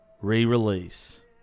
re-release